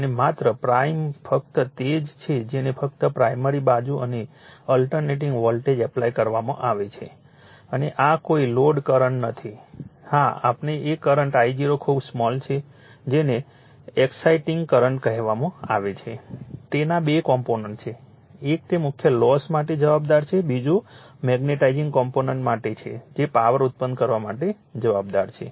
અને માત્ર પ્રાઇમ ફક્ત તે જ છે જેને ફક્ત પ્રાઇમરી બાજુ અને અલ્ટરનેટીંગ વોલ્ટેજ એપ્લાય કરવામાં આવે છે અને આ કોઈ લોડ કરંટ નથી હા એટલે કે કરંટ I0 ખૂબ સ્મોલ છે જેને એક્સાઇટિંગ કરન્ટ કહેવામાં આવે છે તેના બે કોમ્પોનન્ટ છે એક તે મુખ્ય લોસ માટે જવાબદાર છે બીજું મેગ્નેટાઇઝિંગ કોમ્પોનન્ટ માટે છે જે પાવર ઉત્પન્ન કરવા માટે જવાબદાર છે